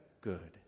good